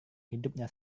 hidupnya